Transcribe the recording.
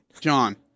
John